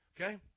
Okay